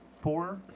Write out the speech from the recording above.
Four